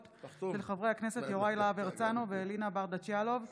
חברי הכנסת יוראי להב הרצנו ואלינה ברדץ' יאלוב בנושא: